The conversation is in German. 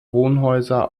wohnhäuser